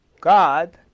God